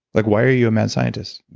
like why are you a mad scientist?